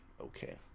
okay